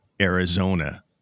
Arizona